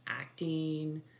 acting